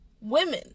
women